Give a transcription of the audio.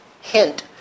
hint